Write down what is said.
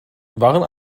waren